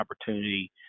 opportunity